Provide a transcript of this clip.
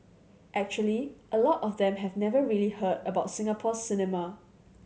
actually a lot of them have never really heard about Singapore cinema